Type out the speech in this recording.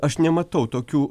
aš nematau tokių